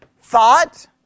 Thought